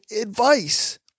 advice